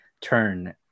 turn